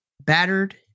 battered